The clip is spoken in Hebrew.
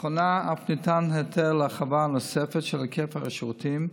לאחרונה אף ניתן היתר להרחבה נוספת של היקף השירותים,